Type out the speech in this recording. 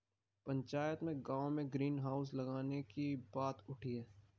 पंचायत में गांव में ग्रीन हाउस लगाने की बात उठी हैं